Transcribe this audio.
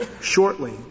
shortly